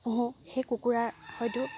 পুহোঁ সেই কুকুৰা হয়তো